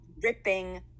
Dripping